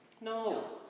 No